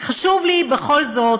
חשוב לי בכל זאת